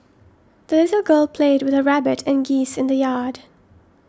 the little girl played with her rabbit and geese in the yard